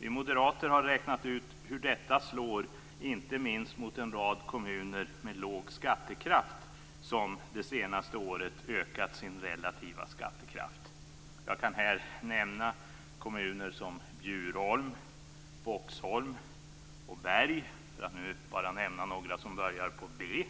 Vi moderater har räknat ut hur detta slår mot en rad kommuner med låg skattekraft som det senaste året har ökat sin relativa skattekraft. Jag kan nämna kommuner som Bjurholm, Boxholm och Berg, för att nämna några som börjar på b,